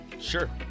Sure